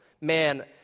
Man